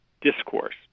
discourse